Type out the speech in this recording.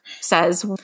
says